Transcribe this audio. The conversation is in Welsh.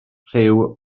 rhyw